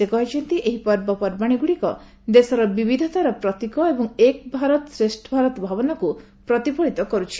ସେ କହିଛନ୍ତି ଏହି ପର୍ବପର୍ବାଣୀ ଗୁଡ଼ିକ ଦେଶର ବିବିଧତାର ପ୍ରତୀକ ଏବଂ ଏକ ଭାରତ ଶ୍ରେଷ ଭାରତ ଭାବନାକୁ ପ୍ରତିଫଳିତ କରୁଛି